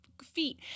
Feet